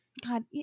god